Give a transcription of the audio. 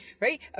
Right